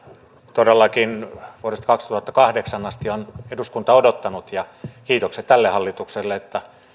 todellakin vuodesta kaksituhattakahdeksan asti on eduskunta odottanut ja kiitokset tälle hallitukselle että